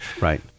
right